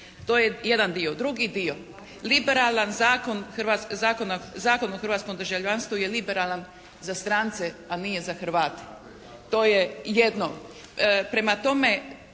To je jedan dio. Drugi dio. Liberalan Zakon o hrvatskom državljanstvu je liberalan za strance ali nije za Hrvate. To je jedno.